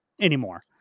anymore